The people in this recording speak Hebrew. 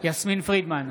יסמין פרידמן,